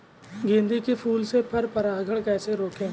गेंदे के फूल से पर परागण कैसे रोकें?